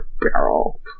barrel